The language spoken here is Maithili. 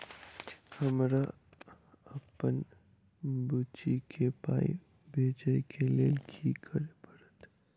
हमरा अप्पन बुची केँ पाई भेजइ केँ लेल की करऽ पड़त?